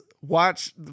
watch